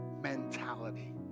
mentality